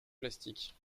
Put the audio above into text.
plastiques